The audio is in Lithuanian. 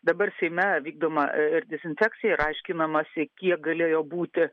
dabar seime vykdoma ir dezinfekcija ir aiškinamasi kiek galėjo būti